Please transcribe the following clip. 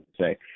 say